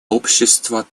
общества